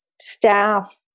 staff